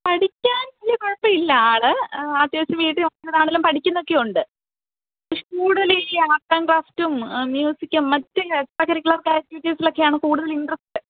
പഠിക്കാൻ വലിയ കുഴപ്പമില്ല ആള് അത്യാവശ്യം വീട്ടില് വന്നിട്ടാണേലും പഠിക്കുന്നെക്കെയുണ്ട് കൂടുതലീ ആർട്സ് ആൻഡ് ക്രാഫ്റ്റും മ്യൂസിക്കും മറ്റ് എക്സ്ട്രാ കരിക്കുലർ ആക്റ്റിവിറ്റീസിലൊക്കെയാണ് കൂട്തൽ ഇൻട്രസ്റ്റ്